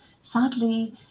Sadly